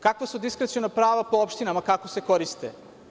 Kakva su diskreciona prava po opštinama, kako se koriste?